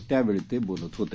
त्यावेळी ते बोलत होते